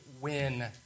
win